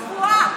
צבועה.